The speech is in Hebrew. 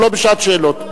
הוא לא בשעת שאלות.